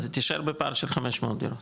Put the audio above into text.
אז תישאר בפער של 500 דירות,